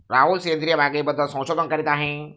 राहुल सेंद्रिय बागेबद्दल संशोधन करत आहे